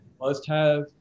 Must-have